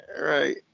Right